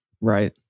Right